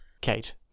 Kate